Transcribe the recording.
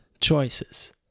choices